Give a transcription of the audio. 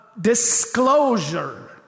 disclosure